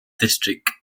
district